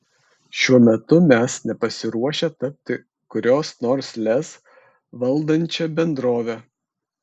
šiuo metu mes nepasiruošę tapti kurios nors lez valdančia bendrove